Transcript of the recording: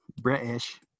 British